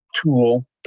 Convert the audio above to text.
tool